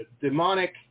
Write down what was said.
demonic